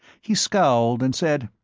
he scowled and said,